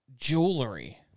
Jewelry